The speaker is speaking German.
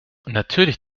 natürlich